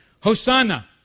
Hosanna